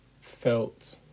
felt